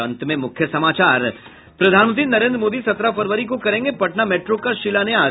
और अब अंत में मुख्य समाचार प्रधानमंत्री नरेन्द्र मोदी सत्रह फरवरी को करेंगे पटना मेट्रो का शिलान्यास